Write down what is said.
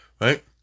Right